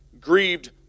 grieved